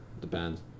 Depends